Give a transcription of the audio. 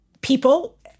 people